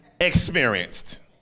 experienced